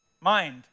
mind